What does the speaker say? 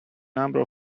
number